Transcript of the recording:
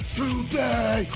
today